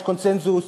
יש קונסנזוס,